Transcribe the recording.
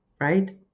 right